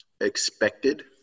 expected